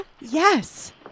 Yes